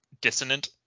dissonant